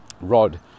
Rod